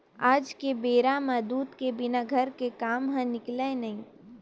आज के बेरा म दूद के बिना घर के काम ह निकलय नइ